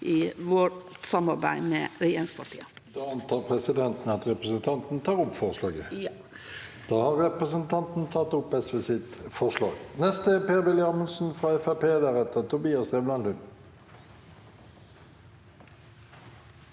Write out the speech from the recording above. i vårt samarbeid med regjeringspartia.